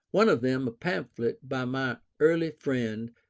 one of them a pamphlet by my early friend,